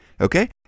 Okay